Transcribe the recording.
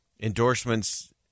endorsements